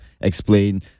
explain